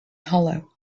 hollow